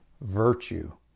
virtue